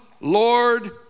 Lord